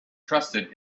trusted